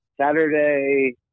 Saturday